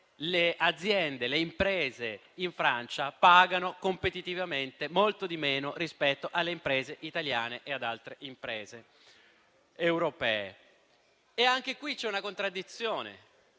le aziende e le imprese in Francia pagano competitivamente molto di meno rispetto alle imprese italiane e ad altre imprese europee. Anche qui c'è una contraddizione,